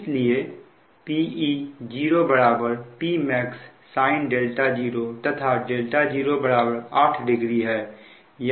इसलिए Pe0 Pmax sin 0 तथा 0 80 है